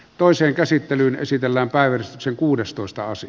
toisen käsittelyn esitellä päivystyksen kuudestoista asti